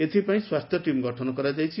ଏଥିପାଇଁ ସ୍ୱାସ୍ଥ୍ୟ ଟିମ୍ ଗଠନ କରାଯାଇଛି